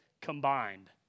combined